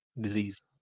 disease